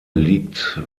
liegt